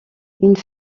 une